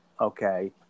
okay